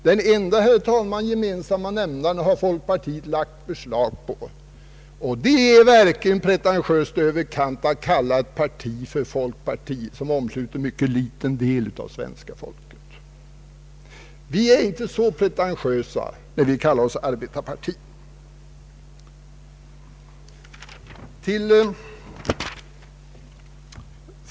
Den enda gemensamma nämnaren, herr talman, har folkpartiet lagt beslag på, och det är verkligen pretentiöst i överkant att kalla ett parti för folkpartiet, när det omsluter en mycket liten del av svenska folket. Vi är inte så pretentiösa, när vi kallar oss arbetarparti.